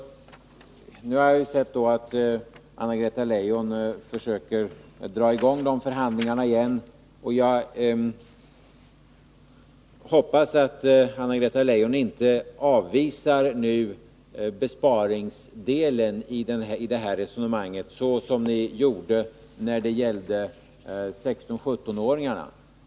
Nu har jag sett att Anna-Greta Leijon försöker dra i gång dessa förhandlingar igen. Jag hoppas att Anna-Greta Leijon inte nu avvisar besparingsdelen i det här resonemanget, 'såsom ni gjorde när det gällde 16-17-åringarna.